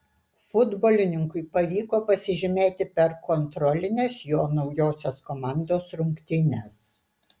futbolininkui pavyko pasižymėti per kontrolines jo naujosios komandos rungtynes